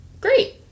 Great